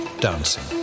dancing